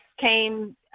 came